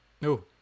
No